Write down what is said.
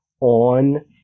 on